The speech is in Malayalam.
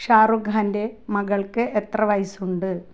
ഷാറൂഖ് ഖാൻ്റെ മകൾക്ക് എത്ര വയസ്സുണ്ട്